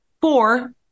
four